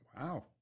Wow